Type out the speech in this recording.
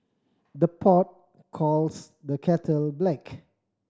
the pot calls the kettle black